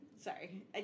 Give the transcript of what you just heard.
Sorry